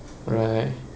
right